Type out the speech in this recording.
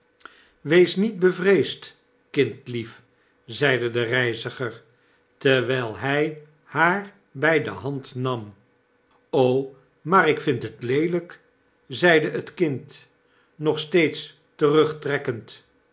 wees niet bevreesd kindlief zeide de reiziger terwyl hy haar bij de hand nam maar ik vind het leelyki zeide het kind nog steeds terugtrekkend